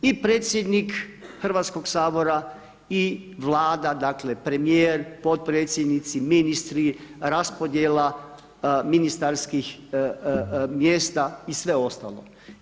I predsjednik Hrvatskoga sabora i Vlada, dakle premijer, potpredsjednici, ministri, raspodjela ministarskih mjesta i sve ostalo.